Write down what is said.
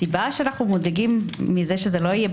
הסיבה שהיינו שמחים שזה יהיה,